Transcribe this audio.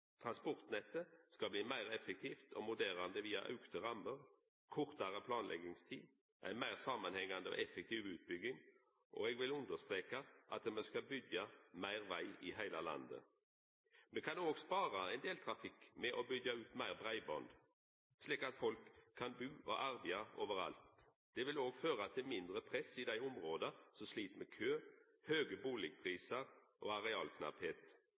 Transportnettet skal bli meir effektivt og moderne via auka rammer, kortare planleggingstid og ei meir samanhengande og effektiv utbygging, og eg vil understreka at me skal byggja meir veg i heile landet. Me kan òg spara ein del trafikk ved å byggja ut meir breiband, slik at folk kan bu og arbeida overalt. Det vil òg føra til mindre press i dei områda som slit med kø, høge bustadprisar og